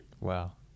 wow